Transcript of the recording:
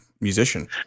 musician